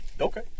Okay